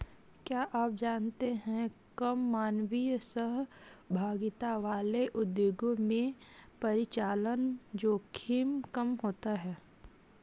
क्या आप जानते है कम मानवीय सहभागिता वाले उद्योगों में परिचालन जोखिम कम होता है?